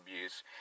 abuse